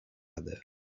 other